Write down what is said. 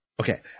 Okay